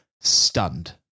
stunned